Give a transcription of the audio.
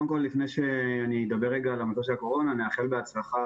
לפני שאדבר על המצב של הקורונה אני רוצה לאחל בהצלחה